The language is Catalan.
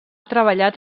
treballat